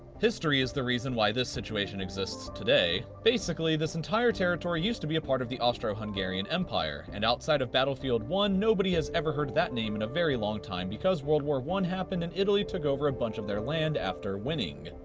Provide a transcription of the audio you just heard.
history is the reason why this situation exists today. basically this entire territory used to be a part of the austro-hungarian empire. and outside of battlefield one, nobody has ever heard that name in a very long time because world war i happened, and italy took over a bunch of their land after winning.